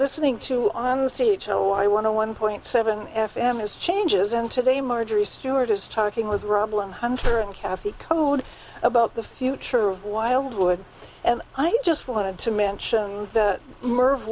listening to i want to one point seven f m is changes and today marjorie stewart is talking with robin hunter and kathy code about the future of wildwood and i just wanted to mention that